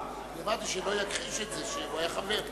הבנתי שלא תכחיש את זה שהוא היה חבר.